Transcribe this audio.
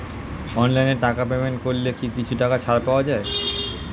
অনলাইনে টাকা পেমেন্ট করলে কি কিছু টাকা ছাড় পাওয়া যায়?